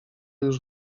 już